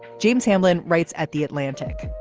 james hamblin writes at the atlantic.